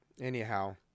anyhow